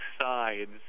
sides